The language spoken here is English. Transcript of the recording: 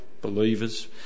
believers